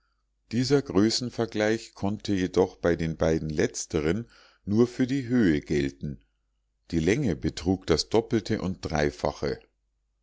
dieser größenvergleich konnte jedoch bei den beiden letzteren nur für die höhe gelten die länge betrug das doppelte und dreifache